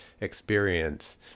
experience